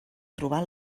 trobar